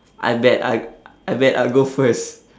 I bet I I bet I'll go first